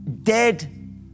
dead